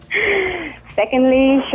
Secondly